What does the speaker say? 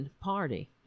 party